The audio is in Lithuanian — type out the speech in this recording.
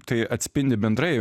tai atspindi bendrai